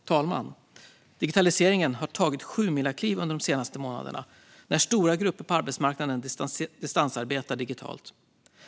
Herr talman! Digitaliseringen har tagit sjumilakliv under de senaste månaderna när stora grupper på arbetsmarknaden distansarbetar digitalt.